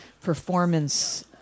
performance